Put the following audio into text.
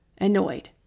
annoyed